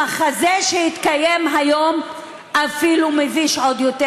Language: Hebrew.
המחזה שהתקיים היום אפילו מביש אפילו עוד יותר.